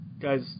Guys